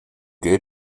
gate